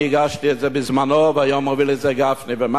אני הגשתי את זה בזמנו והיום מובילים את זה חברי הכנסת גפני ומקלב,